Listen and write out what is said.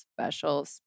special